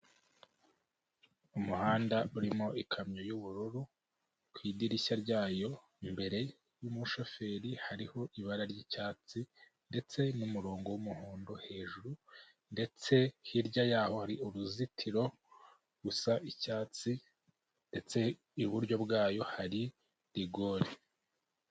Umuhanda urimo ikamyo y'ubururu, ku idirishya ryayo imbere y'umushoferi hariho ibara ry'icyatsi ndetse n'umurongo w'umuhondo hejuru, ndetse hirya yaho hari uruzitiro rusa icyatsi ndetse iburyo bwayo hari rigori.